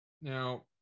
Now